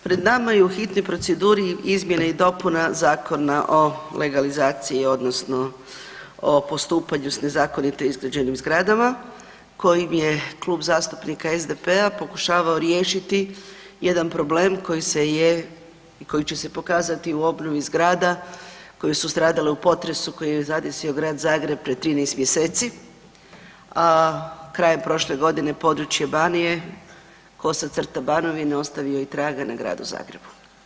Pred nama je u hitnoj proceduri izmjena i dopuna Zakona o legalizaciji odnosno o postupanju sa nezakonito izgrađenim zgradama kojim je Klub zastupnika SDP-a pokušavao riješiti jedan problem koji se je i koji će se pokazati u obnovi zgrada koje su stradale u potresu koji je zadesio grad Zagreb prije 13 mj. a krajem prošle godine područje Banije/Banovine, ostavio je i traga na gradu Zagrebu.